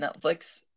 Netflix